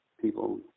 People